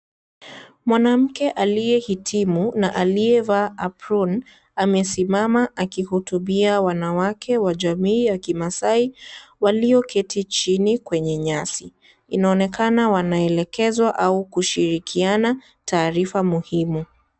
Mwanamke aliyehitimu na aliyevaa uproon amesimama akihutubia wanawake wajamii ya kimasai walio keti chini kwenye nyasi. Inaonekana wanaelekezwa au kushirikiana taarifa muhimu.